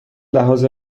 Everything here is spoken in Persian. لحاظ